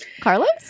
Carlos